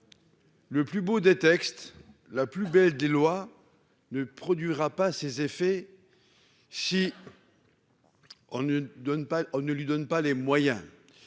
le plus beau des textes, la plus belle des lois ne produira pas ses effets, si on ne donne pas, on